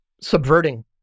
subverting